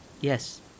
yes